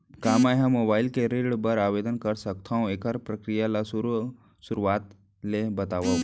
का मैं ह मोबाइल ले ऋण बर आवेदन कर सकथो, एखर प्रक्रिया ला शुरुआत ले बतावव?